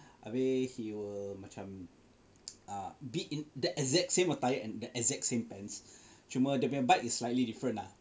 habis he will macam ah be in that exact same attire and the exact same pants cuma bike is slightly different lah